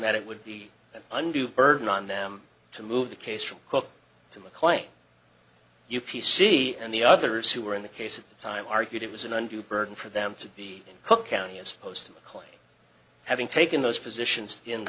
that it would be an undue burden on them to move the case from cook to mclean u p c and the others who were in the case at the time argued it was an undue burden for them to be in cook county as opposed to clay having taken those positions in